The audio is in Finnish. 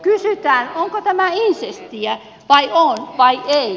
kysytään onko tämä insestiä vai ei